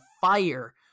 fire